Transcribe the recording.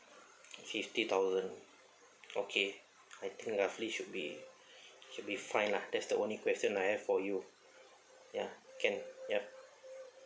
fifty thousand okay I think roughly should be should be fine lah that's the only question I have for you ya can ya